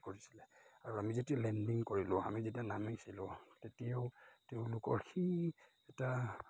কৰিছিলে আৰু আমি যেতিয়া লেণ্ডিং কৰিলোঁ আমি যেতিয়া নামিছিলোঁ তেতিয়াও তেওঁলোকৰ সেই এটা